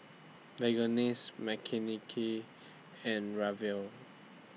Verghese Makineni and Ramdev